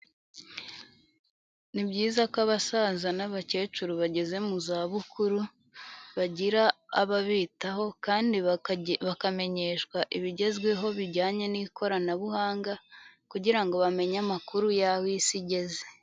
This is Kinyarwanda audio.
Ni byiza ko abasaza n'abakecuru bageze mu zabukuru, bagira ababitaho kandi bakamenyeshwa ibigezweho bijyanye n'ikoranabuhanga, kugira ngo bamenye amakuru y'aho isi igeze.